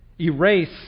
Erase